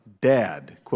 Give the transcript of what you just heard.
dad